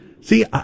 See